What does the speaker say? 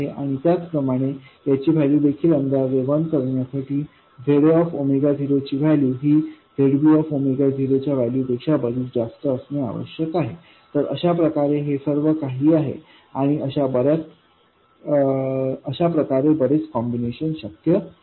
आणि त्याच प्रमाणे याची वैल्यू देखील अंदाजे वन असण्यासाठी Zaऑफ 0 ची वैल्यू ही Zbऑफ 0 च्या वैल्यू पेक्षा बरीच जास्त असणे आवश्यक आहे तर अशाप्रकारे हे सर्व काही आहे आणि अशा प्रकारे बरेच कॉम्बिनेशन शक्य आहेत